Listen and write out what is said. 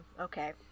okay